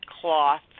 cloth